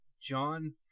John